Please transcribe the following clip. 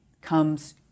comes